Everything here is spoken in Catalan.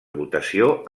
votació